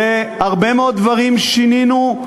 והרבה מאוד דברים שינינו.